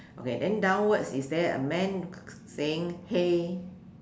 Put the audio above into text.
okay then downwards is there a man saying hey